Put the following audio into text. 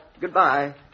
Goodbye